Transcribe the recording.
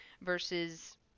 versus